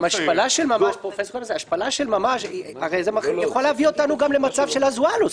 זו גם השפלה של ממש הרי זה יכול להביא אותנו גם למצב של אזואלוס.